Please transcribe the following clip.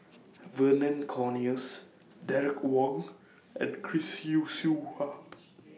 Vernon Cornelius Derek Wong and Chris Yeo Siew Hua